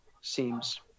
seems